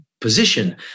position